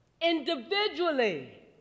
individually